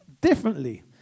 differently